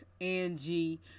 Angie